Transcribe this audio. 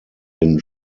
den